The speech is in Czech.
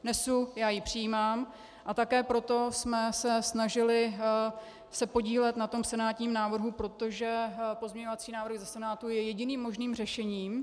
Nesu, já ji přijímám, a také proto jsme se snažili podílet na tom senátním návrhu, protože pozměňovací návrh ze Senátu je jediným možným řešením.